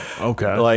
Okay